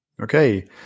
Okay